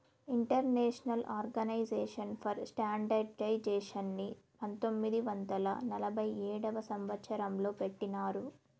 international organization for స్టాండర్డయిజేషన్ని పంతొమ్మిది వందల నలభై ఏడవ సంవచ్చరం లో పెట్టినారు